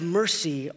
mercy